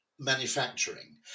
manufacturing